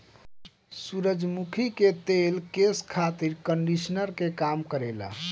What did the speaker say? सूरजमुखी के तेल केस खातिर कंडिशनर के काम करेला